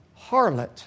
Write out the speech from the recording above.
harlot